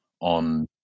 on